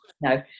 no